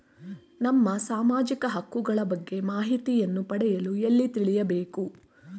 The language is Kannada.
ನಮ್ಮ ಸಾಮಾಜಿಕ ಹಕ್ಕುಗಳ ಬಗ್ಗೆ ಮಾಹಿತಿಯನ್ನು ಪಡೆಯಲು ಎಲ್ಲಿ ತಿಳಿಯಬೇಕು?